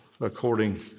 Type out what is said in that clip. according